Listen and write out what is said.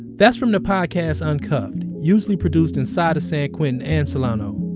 that's from the podcast uncuffed, usually produced inside of san quentin and solano.